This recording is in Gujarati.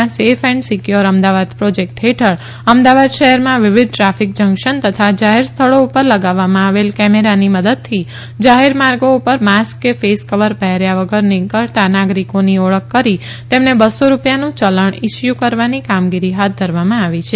ના safe and secure Ahmedabad project હેઠળ અમદાવાદ શહેરમાં વિવિધ ટ્રાફીક જંકશન તથા જાહેર સ્થળો પર લગાવવામાં આવેલ કેમેરાની મદદથી જાહેર માર્ગો પર માસ્ક કે ફેસ કવર પહેર્યા વગર નીકળતા નાગરીકોની ઓળખ કરી તેમને બસ્સો રુપિયાનું ચલન ઇસ્યુ કરવાની કામગીરી હાથ ધરવામાં આવેલ છે